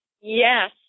Yes